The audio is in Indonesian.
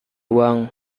uang